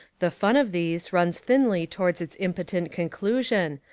the fun of these runs thinly towards its impotent con clusion,